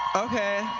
okay.